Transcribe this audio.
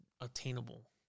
attainable